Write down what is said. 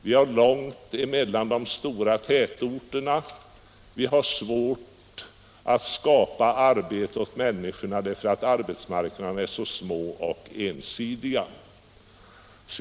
Vi har långa avstånd mellan de stora tätorterna. Vi har svårt att skapa arbete åt människorna därför att arbetsmarknaderna är små och ensidiga.